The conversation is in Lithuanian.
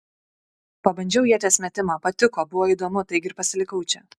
pabandžiau ieties metimą patiko buvo įdomu taigi ir pasilikau čia